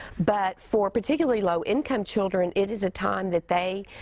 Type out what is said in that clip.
but for particularly low-income children, it is a time that they